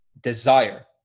desire